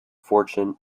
fortune